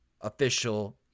official